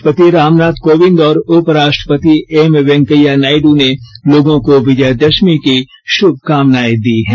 राष्ट्रपति रामनाथ कोविंद और उपराष्ट्रपति एम वेंकैया नायडु ने लोगों को विजयादशमी की शुभकामनाए दी है